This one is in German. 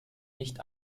nicht